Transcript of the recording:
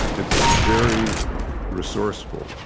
it's very resourceful.